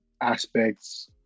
aspects